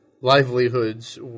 livelihoods